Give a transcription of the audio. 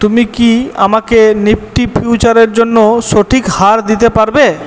তুমি কি আমাকে নিফটি ফিউচারের জন্য সঠিক হার দিতে পারবে